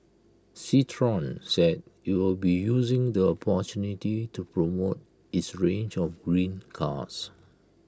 citroen said IT will be using the opportunity to promote its range of green cars